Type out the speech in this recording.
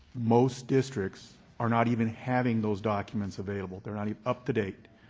most districts are not even having those documents available. they're not up to date.